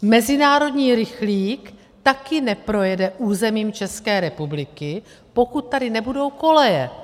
Mezinárodní rychlík taky neprojede územím České republiky, pokud tady nebudou koleje.